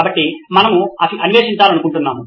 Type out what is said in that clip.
కాబట్టి మనము అన్వేషించాలనుకుంటున్నాము